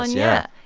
ah yeah.